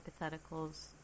hypotheticals